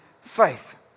faith